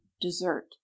dessert